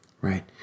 Right